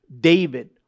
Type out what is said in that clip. David